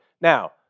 Now